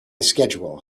schedule